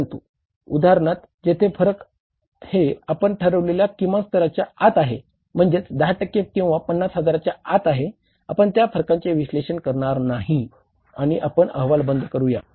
परंतु उदाहरणार्थ जेथे फरक हे आपण ठरविलेल्या किमान स्तराच्या आत आहे म्हणजेच 10 टक्के किंवा 50 हजाराच्या आत आहे आपण त्याफरकांचे विश्लेषण करणार नाही आणि आपण अहवाल बंद करूया